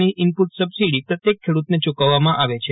ની ઈનપુટસબસિડી પ્રત્યેક ખેડૂતને યૂ કવવમાં આવે છે